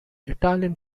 italian